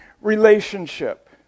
relationship